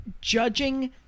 judging